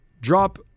Drop